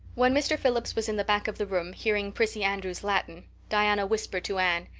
when mr. phillips was in the back of the room hearing prissy andrews's latin, diana whispered to anne,